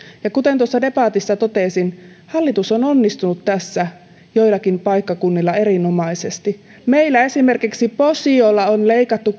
kuten tuossa debatissa totesin hallitus on onnistunut tässä joillakin paikkakunnilla erinomaisesti esimerkiksi meillä posiolla on leikattu